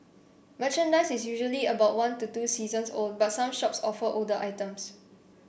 merchandise is usually about one to two seasons old but some shops offer older items